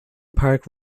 park